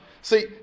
See